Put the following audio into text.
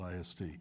IST